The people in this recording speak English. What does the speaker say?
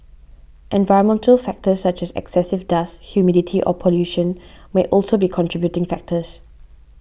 environmental factors such as excessive dust humidity or pollution may also be contributing factors